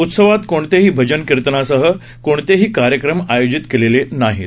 उत्सवात भजन कीर्तनासह कोणतेही कार्यक्रम आयोजित केलेले नाहीत